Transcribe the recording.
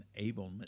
enablement